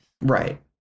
right